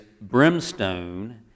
brimstone